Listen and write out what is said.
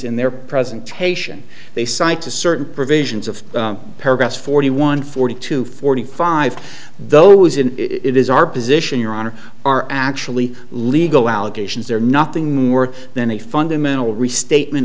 in their presentation they cite to certain provisions of paragraph forty one forty two forty five those in it is our position your honor our actually legal allegations are nothing more than a fundamental restatement